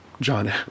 John